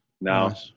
Now